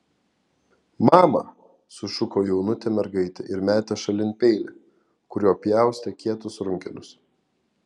mama sušuko jaunutė mergaitė ir metė šalin peilį kuriuo pjaustė kietus runkelius